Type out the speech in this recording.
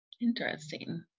Interesting